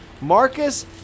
Marcus